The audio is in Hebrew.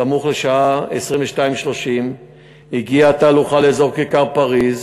סמוך לשעה 22:30 הגיעה התהלוכה לאזור כיכר פריז,